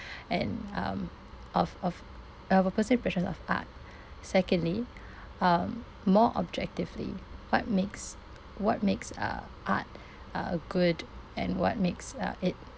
and um of of our personal impression of art secondly um more objectively what makes what makes uh art uh good and what makes uh it